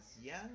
young